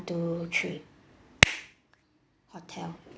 two three hotel